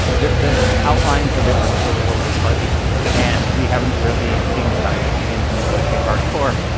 the the outlines of it are still a little bit fuzzy and we haven't really seen the sides begin to negotiate hard core.